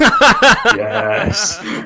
Yes